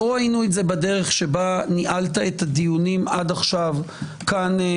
לא בדרך שבה ניהלת את הדיונים עד כה בוועדה,